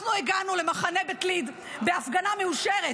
אנחנו הגענו למחנה בית ליד בהפגנה מאושרת.